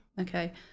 okay